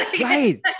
Right